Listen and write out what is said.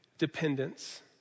Dependence